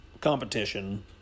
competition